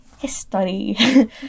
history